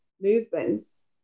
movements